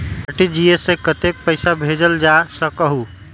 RTGS से कतेक पैसा भेजल जा सकहु???